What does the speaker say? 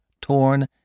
torn